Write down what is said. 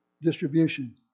distribution